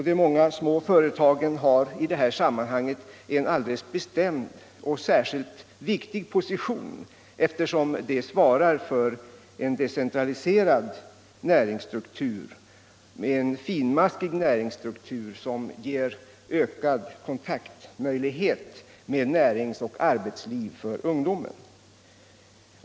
De många små företagen har i detta sammanhang en viktig position, eftersom de svarar för en decentraliserad och finmaskig näringsstruktur som ger ökad kontaktmöjlighet med näringsoch arbetsliv för ungdomen.